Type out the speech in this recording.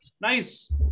nice